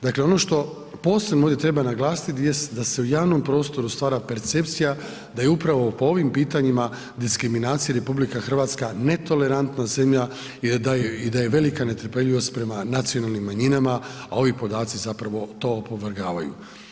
Dakle, ono što posebno ovdje treba naglasiti da se u javnom prostoru stvara percepcija da je upravo po ovim pitanjima diskriminacija RH netolerantna zemlja i da je velika netrpeljivost prema nacionalnim manjinama, a ovi podaci zapravo to opovrgavaju.